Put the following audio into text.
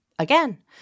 Again